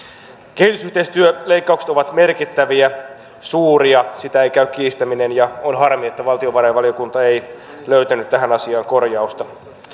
kehitysyhteistyöleikkaukset ovat merkittäviä suuria sitä ei käy kiistäminen ja on harmi että valtiovarainvaliokunta ei löytänyt tähän asiaan korjausta